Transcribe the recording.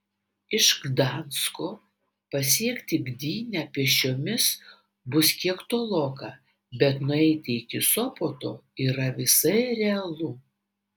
iš gdansko pasiekti gdynę pėsčiomis bus kiek toloka bet nueiti iki sopoto yra visai realu